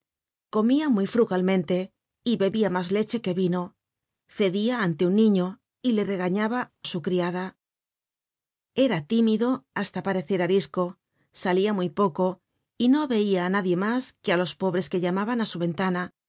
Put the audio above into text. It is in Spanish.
comia muy frugalmente y bebia mas leche que vino cedia ante un niño y le regañaba su criada era tímido hasta parecer arisco salia muy poco y no veia á nadie mas que á los pobres que llamaban á su ventana